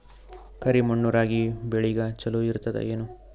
ಕರಿ ಮಣ್ಣು ರಾಗಿ ಬೇಳಿಗ ಚಲೋ ಇರ್ತದ ಏನು?